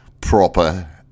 proper